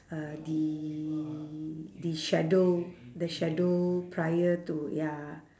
uh the the schedule the schedule prior to ya